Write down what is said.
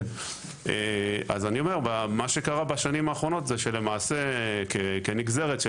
מה שקרה בשנים האחרונות זה שלמעשה כנגזרת של